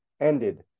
ended